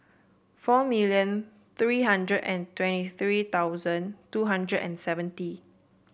four million three hundred and twenty three thousand two hundred and seventy